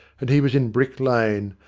and he was in brick lane,